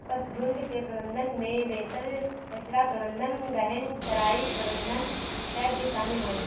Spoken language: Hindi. पशुझुण्ड के प्रबंधन में बेहतर बछड़ा प्रबंधन, गहन चराई प्रबंधन इत्यादि भी शामिल है